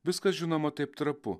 viskas žinoma taip trapu